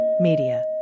Media